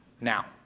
now